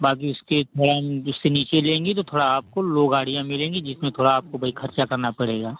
बाक़ी उसके थोड़ा उससे नीचे लेंगी तो थोड़ा आपको लो गाड़ियाँ मिलेंगी जिसमें थोड़ा आपको भाई ख़र्चा करना पड़ेगा